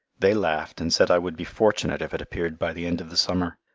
they laughed and said i would be fortunate if it appeared by the end of the summer.